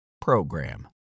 program